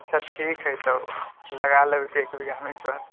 अच्छा ठीक है तब लगा लेबै एक बीघामे ही सहीसँ